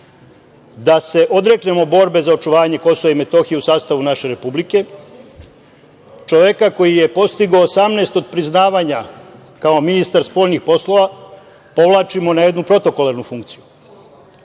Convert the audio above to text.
da se odreknemo borbe za očuvanje KiM u sastavu naše Republike čoveka koji je postigao 18 otpriznavanja kao ministar spoljnih poslova, povlačimo na jednu protokolarnu funkciju. Pored